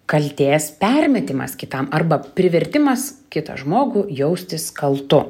kaltės permetimas kitam arba privertimas kitą žmogų jaustis kaltu